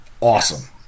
Awesome